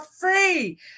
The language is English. free